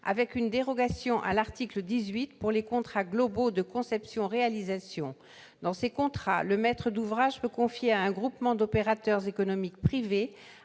étant prévue, à l'article 18, pour les contrats globaux de conception-réalisation. Par ces contrats, le maître d'ouvrage peut confier à un groupement d'opérateurs économiques privés